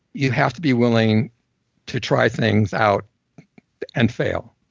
you have to be willing to try things out and fail.